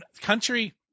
country